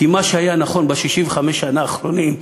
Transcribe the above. כי מה שהיה נכון ב-65 השנה האחרונות,